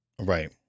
right